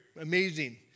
amazing